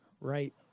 right